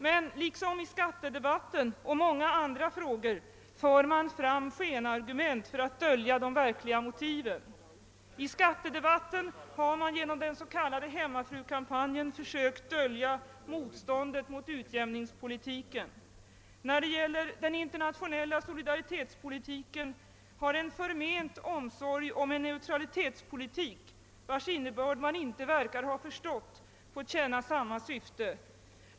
Men liksom i debatten om skatterna och många andra frågor för man fram skenargument för att dölja de verkliga motiven. I skattedebatten har man genom den s.k. hemmafrukampanjen försökt dölja motståndet mot utjämningspolitiken. När det gäller den internationella solidaritetspolitiken har en förment omsorg om en neutralitetspolitik, vars innebörd man inte tycks ha förstått, fått tjäna samma syfte.